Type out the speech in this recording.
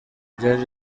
ryari